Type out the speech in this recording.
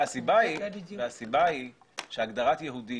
קודם כל --- והסיבה היא שהגדרת יהודי